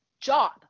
job